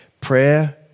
prayer